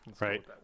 right